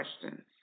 questions